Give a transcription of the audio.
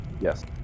Yes